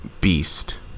beast